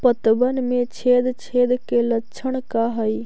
पतबन में छेद छेद के लक्षण का हइ?